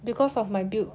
because of my build